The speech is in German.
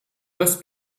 das